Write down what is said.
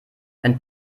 wenn